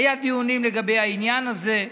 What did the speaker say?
היו דיונים לגבי העניין הזה.